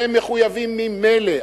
לזה מחויבים ממילא.